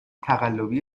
تقلبی